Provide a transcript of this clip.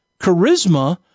Charisma